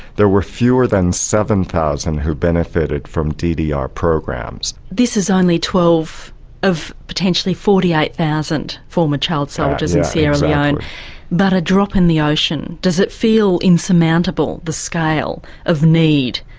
there were fewer than seven thousand who benefited from ddr programs. this is only twelve of potentially forty eight thousand former child soldiers in sierra leone but a drop in the ocean. does it feel insurmountable, the scale of need?